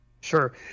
Sure